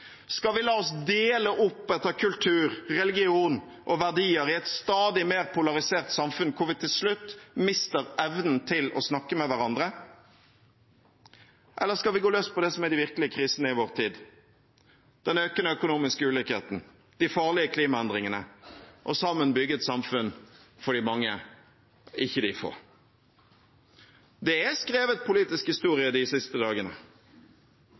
Skal vi la oss dele opp etter kultur, religion og verdier, i et stadig mer polarisert samfunn hvor vi til slutt mister evnen til å snakke med hverandre, eller skal vi gå løs på det som er de virkelige krisene i vår tid, den økende økonomiske ulikheten og de farlige klimaendringene, og sammen bygge et samfunn for de mange, ikke for de få? Det er skrevet politisk historie de siste dagene.